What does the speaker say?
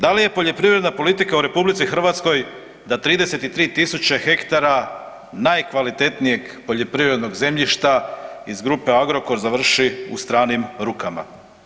Da li je poljoprivredna politika u RH da 33000 ha najkvalitetnijeg poljoprivrednog zemljišta iz grupe Agrokor završi u stranim rukama?